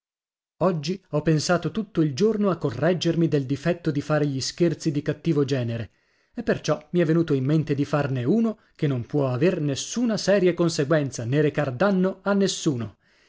oggi ho pensato tutto il giorno a correggermi del difetto di fare gli scherzi di cattivo genere e perciò mi è venuto in mente di farne uno che non può aver nessuna seria conseguenza né recar danno a nessuno